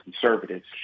conservatives